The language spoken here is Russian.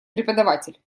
преподаватель